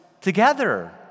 together